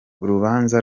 urubanza